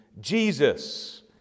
Jesus